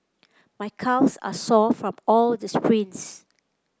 my calves are sore from all the sprints